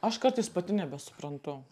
aš kartais pati nebesuprantu